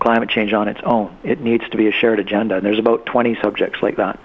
climate change on its own it needs to be a shared agenda and there's about twenty subjects like that